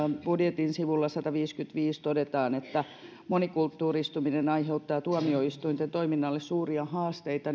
budjetin sivulla sataanviiteenkymmeneenviiteen todetaan että monikulttuuristuminen aiheuttaa tuomioistuinten toiminnalle suuria haasteita